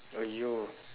!aiyo!